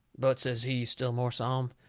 but, says he, still more solemn,